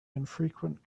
infrequent